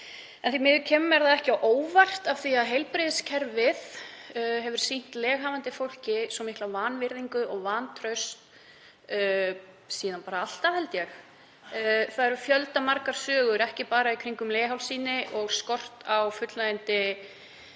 því miður kemur það ekki á óvart af því að heilbrigðiskerfið hefur sýnt leghafandi fólki svo mikla vanvirðingu og vantraust síðan bara alltaf, held ég. Það eru fjöldamargar sögur, ekki bara í kringum leghálssýni og skort á fullnægjandi